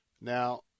Now